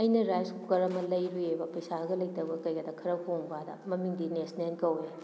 ꯑꯩꯅ rice cooker ꯑꯃ ꯂꯩꯔꯨꯏꯑꯕ ꯄꯩꯁꯥꯒ ꯂꯩꯇꯕꯒ ꯀꯩꯒꯗ ꯈꯔ ꯍꯣꯡꯕꯑꯅ ꯃꯃꯤꯡꯗꯤ ꯅꯦꯁꯅꯦꯜ ꯀꯧꯋꯦ